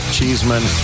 Cheeseman